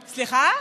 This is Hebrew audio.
סליחה?